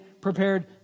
prepared